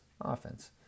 offense